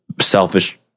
selfish